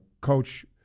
Coach